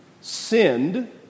sinned